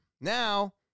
Now